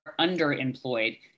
underemployed